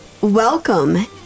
Welcome